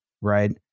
right